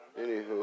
Anywho